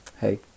hey